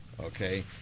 Okay